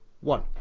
one